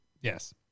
Yes